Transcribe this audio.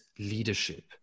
leadership